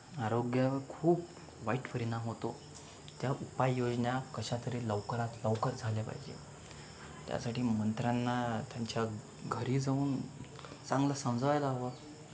आरोग्यावर खूप वाईट परिणाम होतो त्या उपाययोजना कशा तरी लवकरात लवकर झाल्या पाहिजे त्यासाठी मंत्र्यांना त्यांच्या घरी जाऊन चांगलं समजावयला हवं